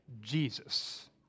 Jesus